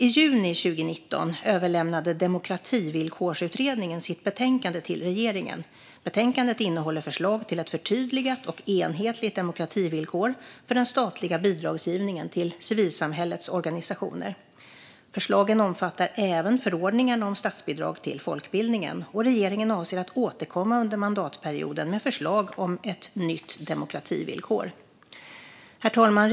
I juni 2019 överlämnade Demokrativillkorsutredningen sitt betänkande till regeringen. Betänkandet innehåller förslag till ett förtydligat och enhetligt demokrativillkor för den statliga bidragsgivningen till civilsamhällets organisationer. Förslagen omfattar även förordningarna om statsbidrag till folkbildningen. Regeringen avser att under mandatperioden återkomma med förslag om ett nytt demokrativillkor. Herr talman!